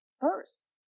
first